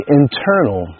internal